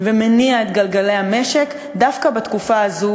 ומניע את גלגלי המשק דווקא בתקופה הזאת